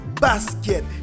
basket